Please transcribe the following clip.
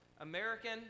American